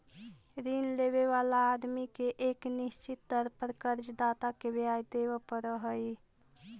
ऋण लेवे वाला आदमी के एक निश्चित दर पर कर्ज दाता के ब्याज देवे पड़ऽ हई